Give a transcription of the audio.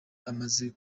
amaze